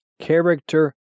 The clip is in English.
character